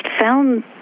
found